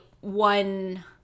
one